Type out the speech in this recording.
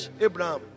Abraham